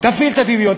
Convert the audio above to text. תפעיל את הדמיון.